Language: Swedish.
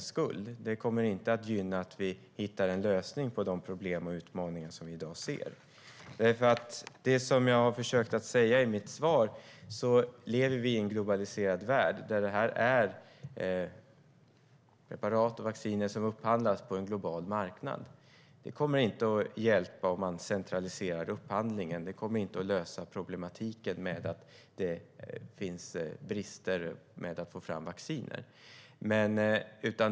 Det är inte något som kommer att underlätta för oss att hitta lösningar på de problem och utmaningar som vi i dag ser. Som jag försökte säga i mitt svar lever vi i en globaliserad värld. Det här är preparat och vacciner som upphandlas på en global marknad. Det kommer inte att hjälpa om man centraliserar upphandlingen. Det kommer inte att lösa problematiken med att det finns brister i att få fram vacciner.